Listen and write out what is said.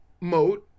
mode